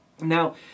Now